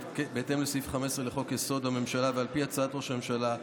בהתאם לסעיף 15 לחוק-יסוד: הממשלה ועל פי הצעת ראש הממשלה,